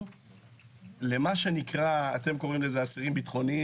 למה שאתם קוראים לזה אסירים ביטחוניים,